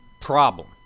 problem